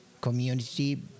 community